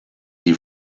die